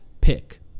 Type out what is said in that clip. pick